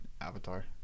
Avatar